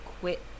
quit